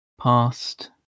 past